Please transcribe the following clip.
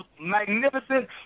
magnificent